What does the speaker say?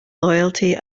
loyalty